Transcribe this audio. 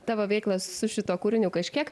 tavo veiklą su šituo kūriniu kažkiek